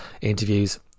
interviews